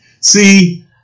See